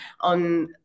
on